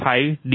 2 1